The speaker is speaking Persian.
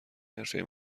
حرفه